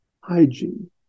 hygiene